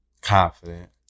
confident